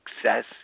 success